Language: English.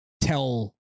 tell